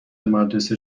مدرسه